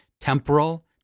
temporal